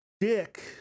dick